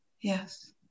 Yes